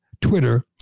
Twitter